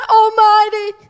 almighty